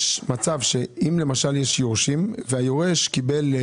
יש מצב שאם למשל יש יורשים והיורש קיבל,